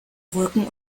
rücken